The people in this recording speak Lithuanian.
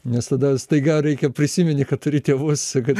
nes tada staiga reikia prisimeni kad turi tėvus kad